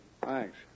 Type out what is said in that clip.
Thanks